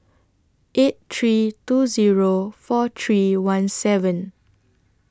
eight three two Zero four three one seven